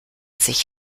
sich